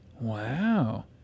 Wow